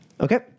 Okay